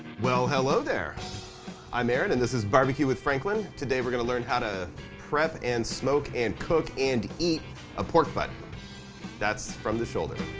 well hello there i'm aaron and this is barbecue with franklin today we'll learn how to prep and smoke and cook and eat a pork butt that's from the shoulder